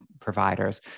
providers